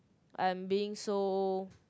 I'm being so